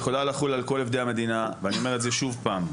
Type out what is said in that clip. היא יכולה לחול על כל עובדי המדינה ואני אומר את זה שוב פעם.